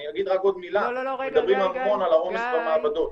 אני אגיד עוד מילה, מדברים המון על עומס במעבדות.